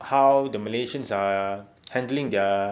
how the malaysians are handling their